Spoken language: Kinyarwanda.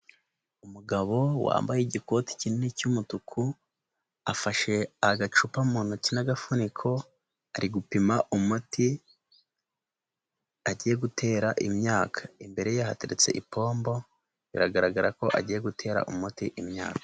Umugabo wambaye igikoti kinini cy'umutuku, afashe agacupa mu ntoki n'agafuniko ari gupima umuti agiye gutera imyaka, imbere ye hateretse ipombo biragaragara ko agiye gutera umuti imyaka.